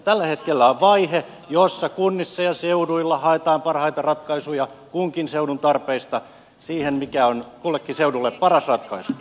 tällä hetkellä on vaihe jossa kunnissa ja seuduilla haetaan parhaita ratkaisuja kunkin seudun tarpeista siihen mikä on kullekin seudulle paras ratkaisu